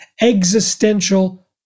existential